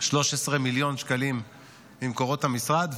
13 מיליון שקלים ממקורות המשרד,